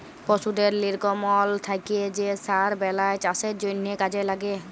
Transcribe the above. পশুদের লির্গমল থ্যাকে যে সার বেলায় চাষের জ্যনহে কাজে ল্যাগে